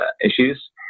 issues